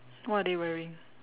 what are they wearing